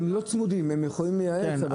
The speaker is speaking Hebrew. הם יכולים לייעץ.